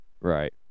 Right